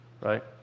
Right